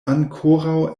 ankoraŭ